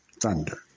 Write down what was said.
Thunder